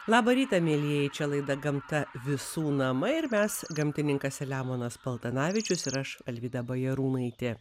labą rytą mielieji čia laida gamta visų namai ir mes gamtininkas selemonas paltanavičius ir aš alvyda bajarūnaitė